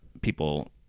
people